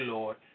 Lord